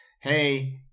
hey